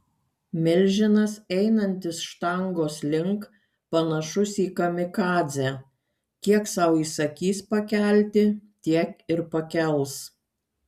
milžinas einantis štangos link panašus į kamikadzę kiek sau įsakys pakelti tiek ir pakels